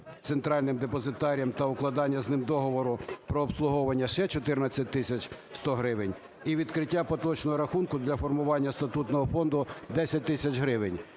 центральним депозитарієм та укладання з ними договору про обслуговування ще 14 тисяч 100 гривень і відкриття поточного рахунку для формування статутного фонду – 10 тисяч гривень.